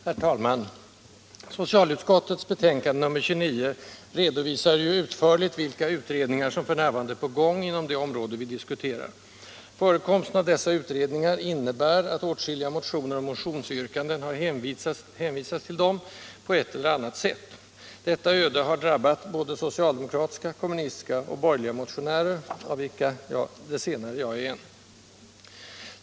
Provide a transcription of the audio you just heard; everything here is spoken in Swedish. Herr talman! Socialutskottets betänkande nr 29 redovisar ju utförligt vilka utredningar som f. n. pågår inom det område som vi just nu diskuterar. Förekomsten av dessa utredningar innebär att åtskilliga motioner och motionsyrkanden har hänvisats till dem på ett eller annat sätt. Detta öde har drabbat såväl socialdemokratiska och kommunistiska som borgerliga motionärer — av vilka senare jag är en.